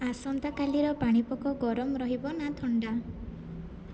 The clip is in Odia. ଆସନ୍ତାକାଲିର ପାଣିପାଗ ଗରମ ରହିବ ନା ଥଣ୍ଡା